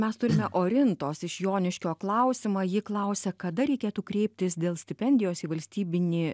mes turime orintos iš joniškio klausimą ji klausia kada reikėtų kreiptis dėl stipendijos į valstybinį